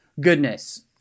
goodness